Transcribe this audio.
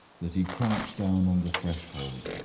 that he crouched down on the threshold,